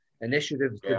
initiatives